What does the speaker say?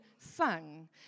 sung